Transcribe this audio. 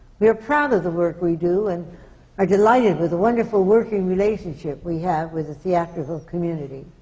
we are proud of the work we do and are delighted with the wonderful working relationship we have with the theatrical community.